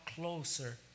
closer